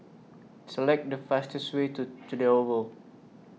Select The fastest Way to Oval